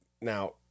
Now